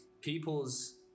people's